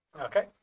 Okay